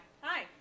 Hi